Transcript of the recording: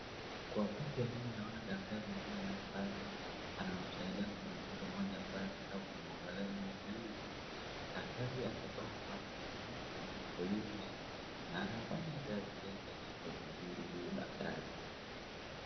Kwa picha hii naona daktari mmoja ambaye anamsaidia mwanamke mmoja ambaye anataka kumwangalia hiyo meno. Daktari amevaa maski, macho nne, na nafanya kazi yake hapo vizuri huyo daktari.